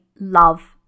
love